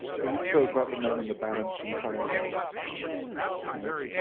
well you told about the moment the balanchine choreographed in it?